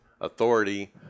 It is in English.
Authority